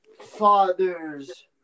father's